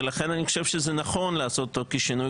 ולכן אני חושב שזה נכון לעשות אותו כשינוי